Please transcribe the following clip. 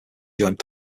joined